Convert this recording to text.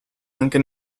anche